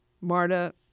Marta